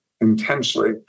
intensely